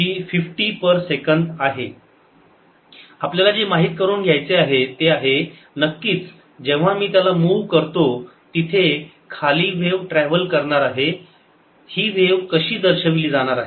01 sin50t आपल्याला जे माहीत करून घ्यायचे आहे ते आहे नक्कीच जेव्हा मी त्याला मूव्ह करतो तिथे खाली व्हेव ट्रॅव्हल करणार आहे ही व्हेव कशी दर्शवली जाणार आहे